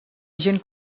agent